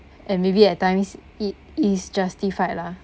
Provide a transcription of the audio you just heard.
and maybe at times it is justified lah